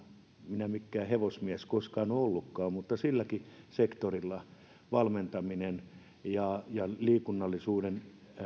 minä mikään hevosmies koskaan ole ollutkaan silläkin sektorilla valmentamisen ja liikunnallisuuden